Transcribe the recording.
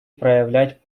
проявлять